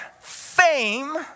fame